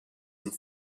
and